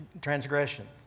Transgression